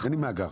אין לי מאגר'.